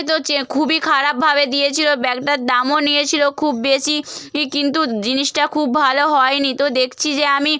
তো চে খুবই খারাপভাবে দিয়েছিল ব্যাগটার দামও নিয়েছিল খুব বেশি ই কিন্তু জিনিসটা খুব ভালো হয়নি তো দেখছি যে আমি